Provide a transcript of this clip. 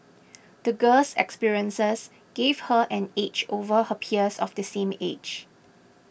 the girl's experiences gave her an edge over her peers of the same age